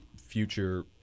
future